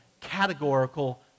categorical